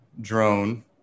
drone